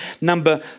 number